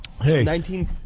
Hey